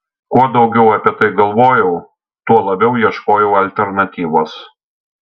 kuo daugiau apie tai galvojau tuo labiau ieškojau alternatyvos